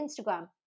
Instagram